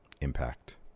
Impact